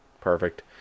perfect